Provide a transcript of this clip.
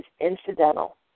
incidental